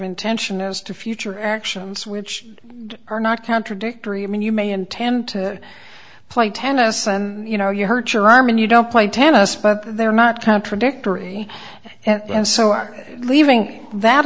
intention as to future actions which are not contradictory i mean you may intend to play tennis and you know you hurt your arm and you don't play tennis but they are not contradictory and so are leaving that